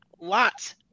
lots